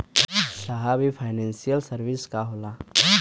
साहब इ financial service का होला?